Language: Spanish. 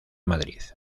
madrid